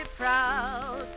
proud